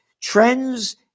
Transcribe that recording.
Trends